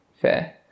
fair